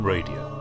Radio